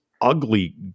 ugly